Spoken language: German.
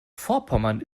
vorpommern